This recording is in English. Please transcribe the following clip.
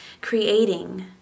creating